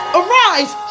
arise